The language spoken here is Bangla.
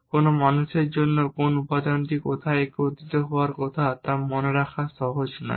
কোন মানুষের জন্য কোন উপাদানটি কোথায় একত্রিত হওয়ার কথা তা মনে রাখা সহজ নয়